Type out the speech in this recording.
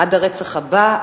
עד הרצח הבא,